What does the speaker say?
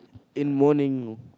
in morning no